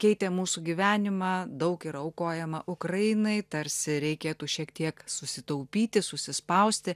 keitė mūsų gyvenimą daug yra aukojama ukrainai tarsi reikėtų šiek tiek susitaupyti susispausti